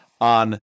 on